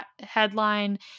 headline